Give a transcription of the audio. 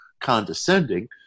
condescending